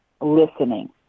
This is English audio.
listening